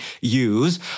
use